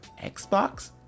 Xbox